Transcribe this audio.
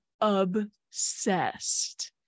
obsessed